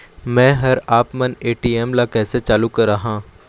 मैं हर आपमन ए.टी.एम ला कैसे चालू कराहां?